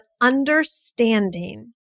understanding